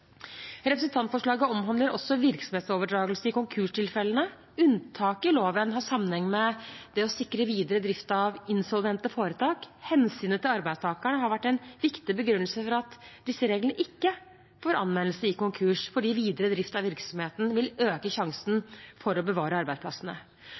Representantforslaget omhandler også virksomhetsoverdragelse i konkurstilfellene. Unntaket i loven har sammenheng med det å sikre videre drift av insolvente foretak. Hensynet til arbeidstakerne har vært en viktig begrunnelse for at disse reglene ikke får anvendelse i konkurs, fordi videre drift av virksomheten vil øke